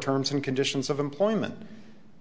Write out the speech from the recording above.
terms and conditions of employment